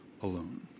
alone